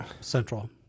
central